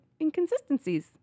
inconsistencies